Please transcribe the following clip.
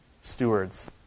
stewards